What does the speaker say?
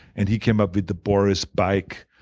and he came up with the boris bike,